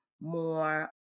more